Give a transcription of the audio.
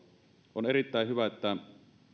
on erittäin hyvä että